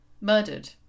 murdered